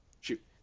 Shoot